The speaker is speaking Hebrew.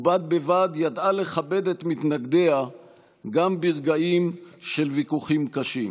ובד בבד ידעה לכבד את מתנגדיה גם ברגעים של ויכוחים קשים.